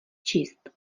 číst